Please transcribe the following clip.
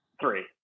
three